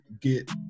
get